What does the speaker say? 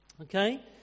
okay